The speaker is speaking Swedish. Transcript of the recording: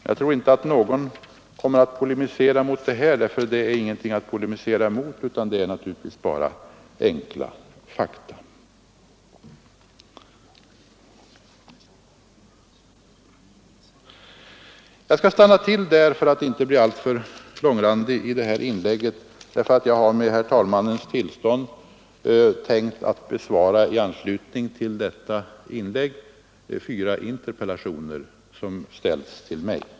Jag tror inte att någon kommer att polemisera mot detta, eftersom det inte är någonting att polemisera mot utan bara enkla fakta. Jag stannar upp här för att inte bli alltför långrandig. Med herr talmannens tillstånd skall jag i detta sammanhang besvara fyra interpellationer som har ställts till mig.